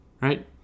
Right